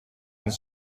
een